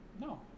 No